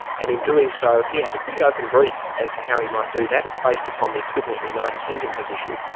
and, in doing so, he has a pretty open brief as to how he might do that. it's based upon the equivalent united kingdom position,